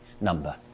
number